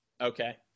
okay